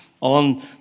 on